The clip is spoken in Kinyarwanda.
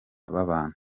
b’abantu